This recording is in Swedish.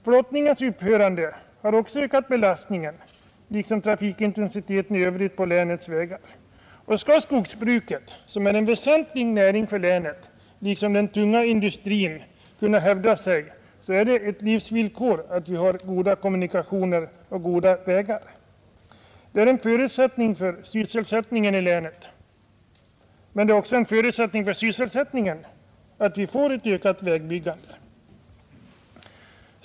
Flottningens upphörande har också ökat belastningen, liksom trafikintensiteten i övrigt på länets vägar. Skall skogsbruket, som är en väsentlig näring för länet, liksom den tunga industrin kunna hävda sig, är det ett livsvillkor att vi har goda kommunikationer och goda vägar. Men det är också en förutsättning för sysselsättningen i länet att vi får ett ökat vägbyggande.